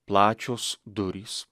plačios durys